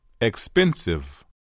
Expensive